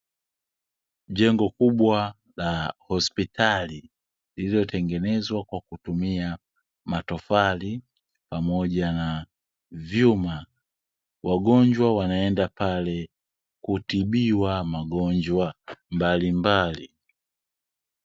Jengo kubwa la hospitali, lililotengenezwa kwa kutumia matofali pamoja na vyuma. Wagonjwa wanaenda pale kutibiwa magonjwa mbalimbali.